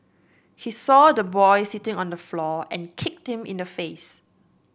he saw the boy sitting on the floor and kicked him in the face